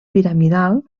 piramidal